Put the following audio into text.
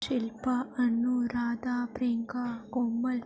Shilpa Anu Radha Priyanka Komal